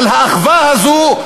על האחווה הזאת,